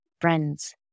friends